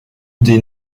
des